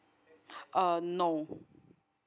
uh no